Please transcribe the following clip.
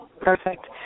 Perfect